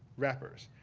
rappers,